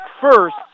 first